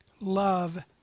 love